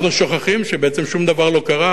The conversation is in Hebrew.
אנחנו שוכחים שבעצם שום דבר לא קרה.